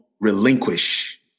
relinquish